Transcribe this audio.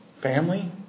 Family